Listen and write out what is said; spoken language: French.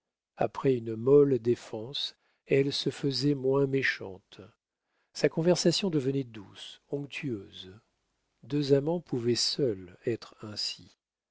après une molle défense elle se faisait moins méchante sa conversation devenait douce onctueuse deux amants pouvaient seuls être ainsi